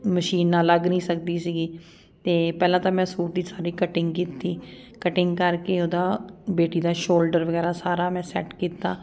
machine ਨਾਲ ਲੱਗ ਨਹੀਂ ਸਕਦੀ ਸੀਗੀ ਅਤੇ ਪਹਿਲਾਂ ਤਾਂ ਮੈਂ ਸੂਟ ਦੀ ਸਾਰੀ ਕਟਿੰਗ ਕੀਤੀ ਕਟਿੰਗ ਕਰਕੇ ਉਹਦਾ ਬੇਟੀ ਦਾ ਸ਼ੋਲਡਰ ਵਗੈਰਾ ਸਾਰਾ ਮੈਂ ਸੈਟ ਕੀਤਾ